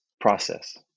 process